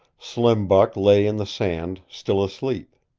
slim buck lay in the sand, still asleep.